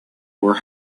were